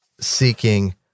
seeking